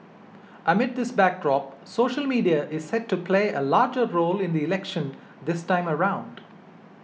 amid this backdrop social media is set to play a larger role in the election this time around